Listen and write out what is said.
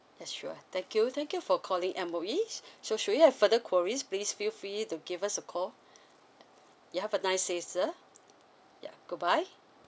yes sure thank you thank you for calling M_O_Es so should you have further queries please feel free to give us a call you have a nice day sir yeah goodbye